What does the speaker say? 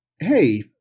Hey